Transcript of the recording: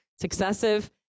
successive